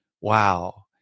wow